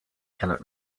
cannot